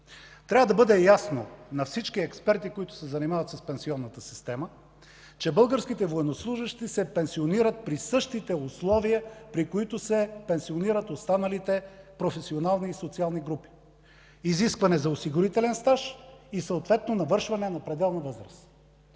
Трябва да бъде ясно на всички експерти, които се занимават с пенсионната система, че българските военнослужещи се пенсионират при същите условия, при които се пенсионират останалите професионални и социални групи – изискване за осигурителен стаж и съответно навършване на пределна възраст.